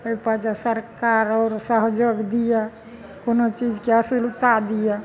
एहिपर जे सरकार आओर सहयोग दिया कोनो चीजके सुबिधा दिया